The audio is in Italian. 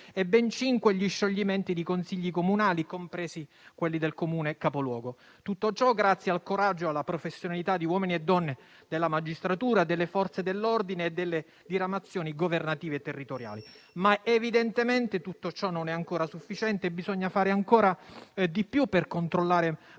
e ben cinque gli scioglimenti di Consigli comunali, compresi quelli del Comune capoluogo. Tutto ciò grazie al coraggio e alla professionalità di uomini e donne della magistratura, delle Forze dell'ordine e delle diramazioni governative territoriali. Evidentemente, però, tutto ciò non è sufficiente. Bisogna fare ancora di più per controllare